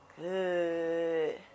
Good